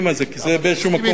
כי זה באיזה מקום כבר נמאס.